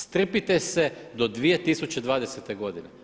Strpite se do 2020. godine.